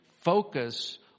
focus